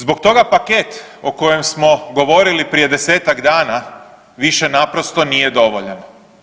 Zbog toga paket o kojem smo govorili prije 10-ak dana više naprosto nije dovoljan.